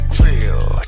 real